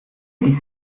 die